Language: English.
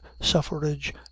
suffrage